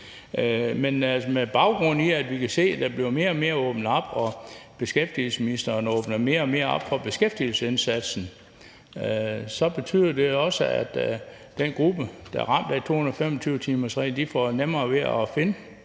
Men med baggrund i, at vi kan se, at der bliver åbnet mere og mere op, og at beskæftigelsesministeren åbner mere og mere op for beskæftigelsesindsatsen, er det også sådan, at den gruppe, der er ramt af 225-timersreglen, får nemmere ved at finde